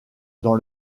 dans